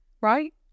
right